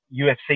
UFC